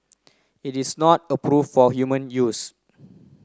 it is not approve for human use